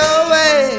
away